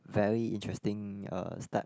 very interesting uh step